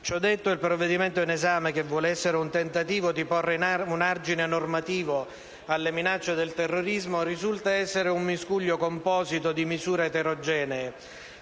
Ciò detto, il provvedimento in esame, che vuole essere un tentativo di porre un argine normativo alle minacce del terrorismo, risulta essere un miscuglio composito di misure eterogenee.